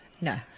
No